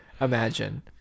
imagine